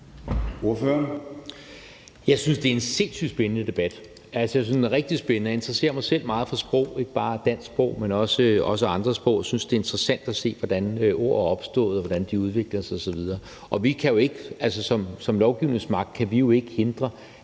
Jeg synes, det er en sindssygt spændende debat; jeg synes, den er rigtig spændende. Jeg interesserer mig selv meget for sprog, ikke bare dansk sprog, men også andre sprog. Jeg synes, det er interessant at se, hvordan ord er opstået, hvordan de udvikler sig osv., og vi kan jo ikke som lovgivningsmagt hindre